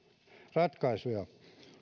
ratkaisuja